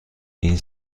این